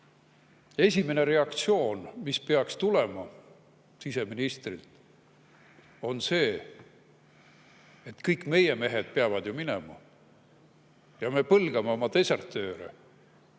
Esimene reaktsioon, mis peaks tulema siseministrilt, on ju see: kõik meie mehed peavad minema, ja me põlgame oma desertööre,